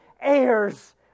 heirs